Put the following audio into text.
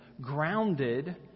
grounded